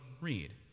read